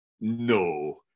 no